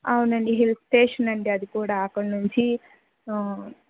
అవునండి hill station అండి అది కూడా అక్కడ నుంచి